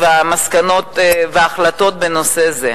המסקנות וההחלטות בנושא זה.